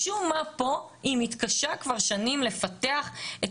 משום מה פה היא מתקשה כבר שנים לפתח את